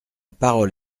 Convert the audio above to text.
parole